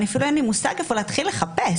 אפילו אין לי מושג איפה להתחיל לחפש.